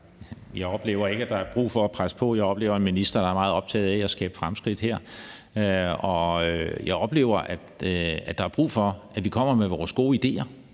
Jeg oplever ikke, at der er brug for at presse på. Jeg oplever en minister, der er meget optaget af at skabe fremskridt her. Jeg oplever, at der er brug for, at vi kommer med vores gode idéer,